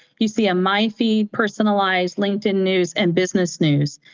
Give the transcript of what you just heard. you see a myfeed, personalized linkedin news and business news.